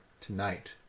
tonight